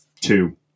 Two